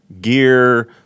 Gear